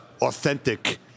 authentic